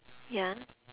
ya